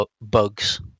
bugs